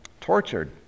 Tortured